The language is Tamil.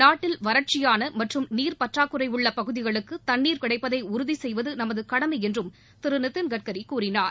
நாட்டில் வறட்சியான மற்றும் நீர் பற்றாக்குறையுள்ள பகுதிகளுக்கு தண்ணீர் கிடைப்பதை உறுதி செய்வது நமது கடமை என்றும் திரு நிதின்கட்கரி கூறினார்